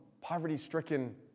poverty-stricken